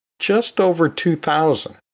just over two thousand,